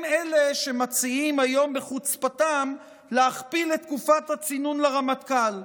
הם אלה שמציעים היום בחוצפתם להכפיל את תקופת הצינון לרמטכ"ל.